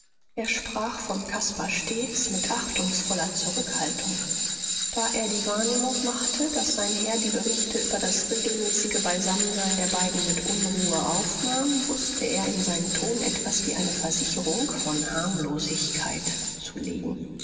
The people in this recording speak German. er sprach von caspar stets mit achtungsvoller zurückhaltung da er die wahrnehmung machte daß sein herr die berichte über das regelmäßige beisammensein der beiden mit unruhe aufnahm wußte er in seinen ton etwas wie eine versicherung von harmlosigkeit zu